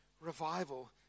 revival